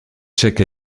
chaque